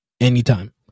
anytime